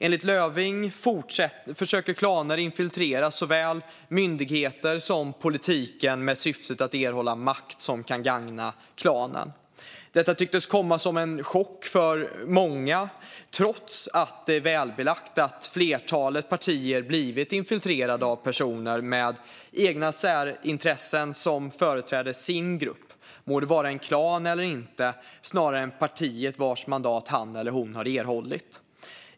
Enligt Löfving försöker klaner infiltrera såväl myndigheter som politiken med syftet att erhålla makt som kan gagna klanen. Detta tycktes komma som en chock för många, trots att det är välbelagt att flertalet partier blivit infiltrerade av personer med egna särintressen som företräder sin grupp - må det vara en klan eller inte - snarare än partiet vars mandat han eller hon erhållit.